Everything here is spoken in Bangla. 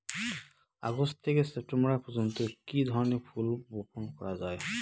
আগস্ট থেকে সেপ্টেম্বর পর্যন্ত কি ধরনের ফুল বপন করা যায়?